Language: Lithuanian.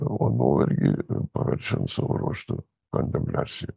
o nuovargį paverčiant savo ruožtu kontempliacija